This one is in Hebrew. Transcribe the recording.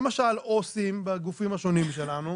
למשל עו"סים בגופים השונים שלנו,